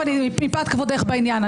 מפאת כבודך בעניין.